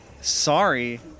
sorry